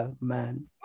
man